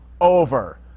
Over